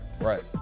right